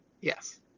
Yes